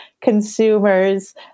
consumers